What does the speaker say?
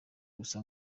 gusa